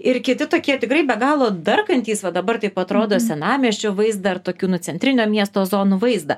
ir kiti tokie tikrai be galo darkantys va dabar taip atrodo senamiesčio vaizdą ar tokiu nu centrinio miesto zonų vaizdą